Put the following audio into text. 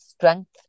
Strength